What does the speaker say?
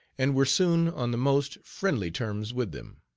and were soon on the most, friendly terms with them.